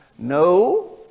No